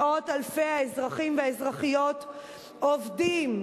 מאות אלפי האזרחים והאזרחיות עובדים,